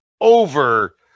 over